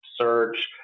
search